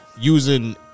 Using